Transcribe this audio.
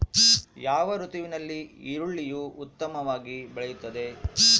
ಯಾವ ಋತುವಿನಲ್ಲಿ ಈರುಳ್ಳಿಯು ಉತ್ತಮವಾಗಿ ಬೆಳೆಯುತ್ತದೆ?